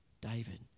David